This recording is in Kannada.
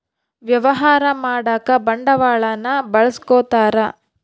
ವ್ಯವಹಾರ ಮಾಡಕ ಬಂಡವಾಳನ್ನ ಬಳಸ್ಕೊತಾರ